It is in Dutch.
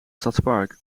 stadspark